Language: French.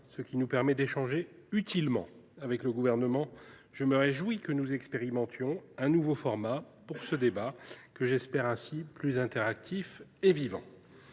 ce qui nous permet d’échanger utilement avec le Gouvernement. Je me réjouis que nous expérimentions un nouveau format pour ce débat, que j’espère ainsi plus interactif et vivant.